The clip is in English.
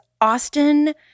Austin